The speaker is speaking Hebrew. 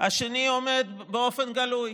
השני אומר באופן גלוי.